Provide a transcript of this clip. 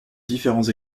différents